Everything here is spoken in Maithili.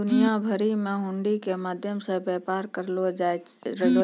दुनिया भरि मे हुंडी के माध्यम से व्यापार करलो जाय रहलो छै